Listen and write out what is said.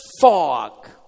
fog